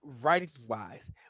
writing-wise